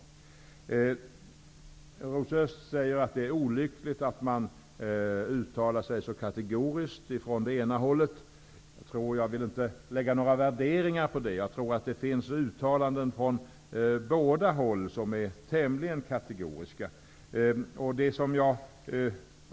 Rosa Östh säger att det är olyckligt att man från det ena hållet uttalar sig så kategoriskt. Jag vill inte lägga några värderingar i det. Jag tror att det görs uttalanden från båda håll som är tämligen kategoriska.